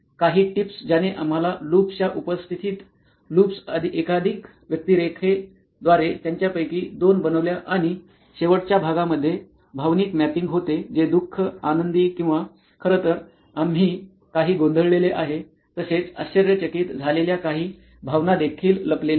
काही टिप्स ज्याने आम्हाला लूप्सच्या उपस्थित लूप्स एकाधिक व्यक्तिरेखेद्वारे त्यांच्यापैकी दोन बनवल्या आणि शेवटच्या भागामध्ये भावनिक मॅपिंग होते जे दुख आनंदी किंवा खरं तर आम्ही काही गोंधळलेले आहे तसेच आश्चर्यचकित झालेल्या काही भावना देखील लपलेल्या आहेत